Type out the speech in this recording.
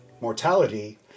mortality